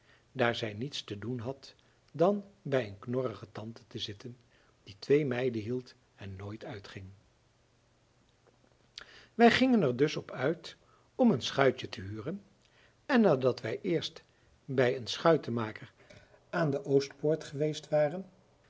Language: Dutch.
daar zij niets te doen had dan bij een knorrige tante te zitten die twee meiden hield en nooit uitging wij gingen er dus op uit om een schuitje te huren en nadat wij eerst bij een schuitenmaker aan de oostpoort geweest waren